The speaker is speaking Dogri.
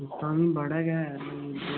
तां बी बड़ा गै